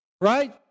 right